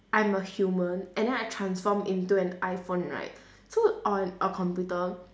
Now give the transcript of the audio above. I'm a human and then I transform into an iphone right so or an a computer